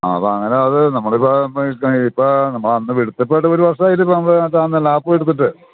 ആ അപ്പോള് അങ്ങനെ അതു നമ്മളിപ്പോള് ഇപ്പോള് നമ്മളന്നു വിളിച്ചപ്പോഴാ ഇപ്പോള് ഒരു വർഷമായില്ലേ ഇപ്പോള് നമ്മള്ള് ഈ കാണുന്ന ലാപ്പും എടുത്തിട്ട്